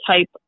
type